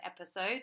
episode